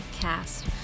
Cast